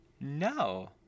No